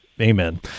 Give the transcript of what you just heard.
amen